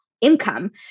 income